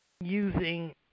using